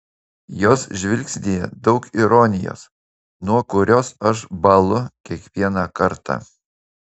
jos žvilgsnyje daug ironijos nuo kurios aš bąlu kiekvieną kartą